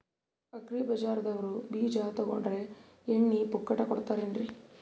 Agri ಬಜಾರದವ್ರು ಬೀಜ ತೊಗೊಂಡ್ರ ಎಣ್ಣಿ ಪುಕ್ಕಟ ಕೋಡತಾರೆನ್ರಿ?